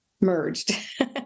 merged